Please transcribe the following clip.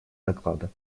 доклада